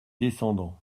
descendant